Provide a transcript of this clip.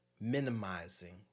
minimizing